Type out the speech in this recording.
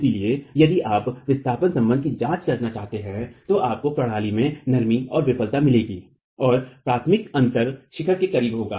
इसलिए यदि आप बल विस्थापन संबंध की जांच करना चाहते हैं तो आपको प्रणाली में नरमी और विफलता मिलेगी और प्राथमिक अंतर शिखर के करीब होगा